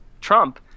Trump